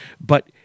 But-